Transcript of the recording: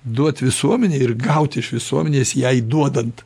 duot visuomenei ir gauti iš visuomenės jai duodant